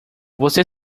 você